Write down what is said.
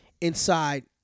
inside